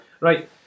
Right